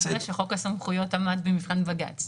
אפשר להסתכל באינטרנט,